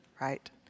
right